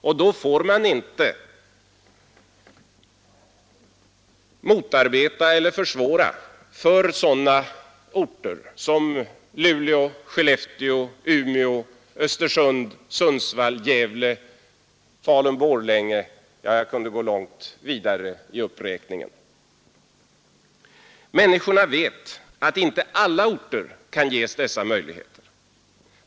Men då får man inte motarbeta eller försvåra för sådana orter som Luleå, Skellefteå, Umeå, Östersund, Sundsvall, Gävle, Falun—Borlänge, ja, jag kunde gå långt vidare i uppräkningen. Människorna vet att inte alla orter kan ges dessa möjligheter.